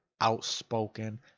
outspoken